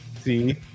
See